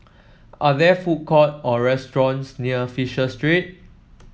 are there food courts or restaurants near Fisher Street